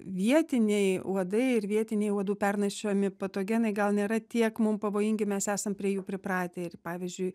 vietiniai uodai ir vietiniai uodų pernešami patogenai gal nėra tiek mum pavojingi mes esam prie jų pripratę ir pavyzdžiui